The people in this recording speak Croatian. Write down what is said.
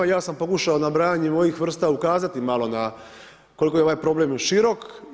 I ja sam pokušao nabrajanjem ovih vrsta ukazati malo na koliko je ovaj problem širok.